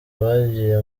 bagiye